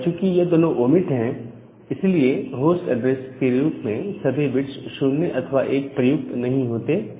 और चूकि यह दोनों ओमीट हैं इसलिए होस्ट ऐड्रेस के रूप में सभी बिट्स 0 अथवा 1 प्रयुक्त नहीं होते